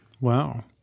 Wow